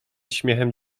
śmiechem